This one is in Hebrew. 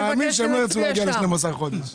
הישיבה ננעלה בשעה 10:57.